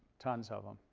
tons of them.